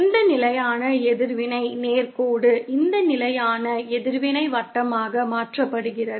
இந்த நிலையான எதிர்வினை நேர் கோடு இந்த நிலையான எதிர்வினை வட்டமாக மாற்றப்படுகிறது